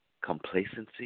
complacency